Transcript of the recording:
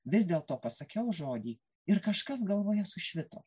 vis dėl to pasakiau žodį ir kažkas galvoje sušvito